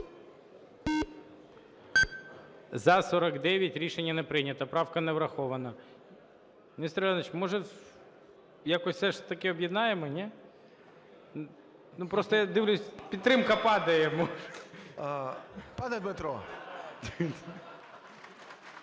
За-49 Рішення не прийнято. Правка не врахована. Нестор Іванович, може, якось все ж таки об'єднаємо, ні? Просто я дивлюсь, підтримка падає. 1041, Нестор